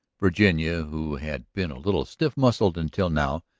virginia, who had been a little stiff-muscled until now,